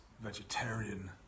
vegetarian